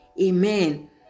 Amen